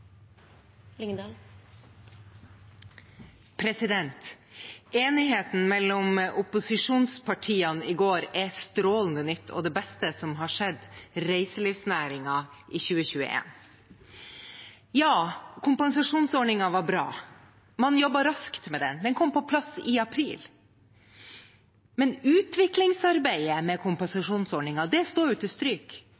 strålende nytt og det beste som har skjedd reiselivsnæringen i 2021. Ja, kompensasjonsordningen var bra. Man jobbet raskt med den, den kom på plass i april, men utviklingsarbeidet med